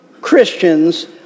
Christians